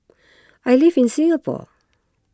I live in Singapore